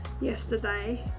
yesterday